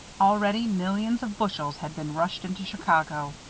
already millions of bushels had been rushed into chicago.